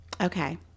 Okay